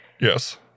yes